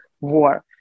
war